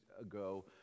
ago